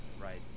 Right